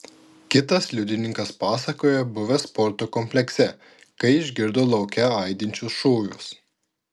kitas liudininkas pasakojo buvęs sporto komplekse kai išgirdo lauke aidinčius šūvius